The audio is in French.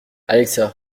alexa